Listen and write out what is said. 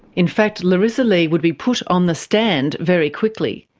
in fact larisa like would be put on the stand very quickly.